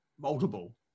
Multiple